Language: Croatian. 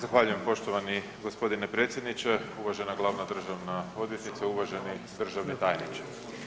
Zahvaljujem poštovani g. predsjedniče, uvažena glavna državna odvjetnice, uvaženi državni tajniče.